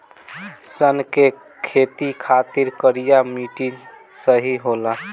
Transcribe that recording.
सन के खेती खातिर करिया मिट्टी सही होला